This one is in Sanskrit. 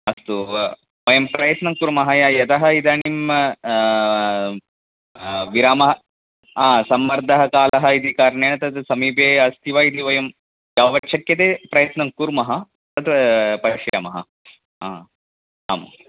अस्तु वयं प्रयत्नं कुर्मः यतः इदानीं विरामः हा सम्मर्दः कालः इति कारणेन तद् समीपे अस्ति वा इति वयं यावत् शक्यते प्रयत्नं कुर्मः तत् पश्यामः हा आम्